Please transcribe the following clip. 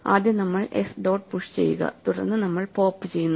ആദ്യം നമ്മൾ s dot push ചെയ്യുക തുടർന്ന് നമ്മൾ പോപ്പ് ചെയ്യുന്നു